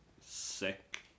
sick